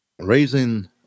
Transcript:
Raising